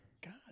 God